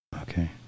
Okay